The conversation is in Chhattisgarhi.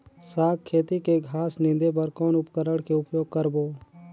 साग खेती के घास निंदे बर कौन उपकरण के उपयोग करबो?